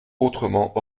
autrement